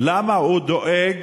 למה הוא לא דואג